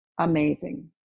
amazing